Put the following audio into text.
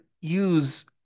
use